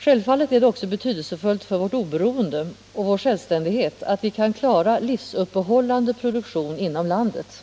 Självfallet är det också betydelsefullt för vårt oberoende och vår självständighet att vi kan klara en livsuppehållande produktion inom landet.